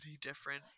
different